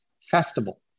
festival